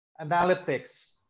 analytics